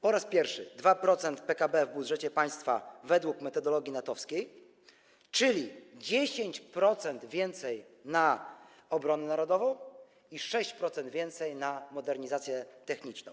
Po raz pierwszy mamy 2% PKB w budżecie państwa według metodologii NATO-wskiej, czyli 10% więcej na obronę narodową i 6% więcej na modernizację techniczną.